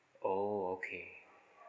oh okay